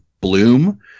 bloom